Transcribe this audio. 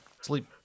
sleep